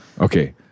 Okay